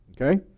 Okay